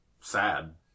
Sad